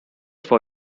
for